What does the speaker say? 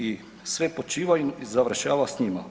I sve počiva i završava sa njima.